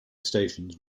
stations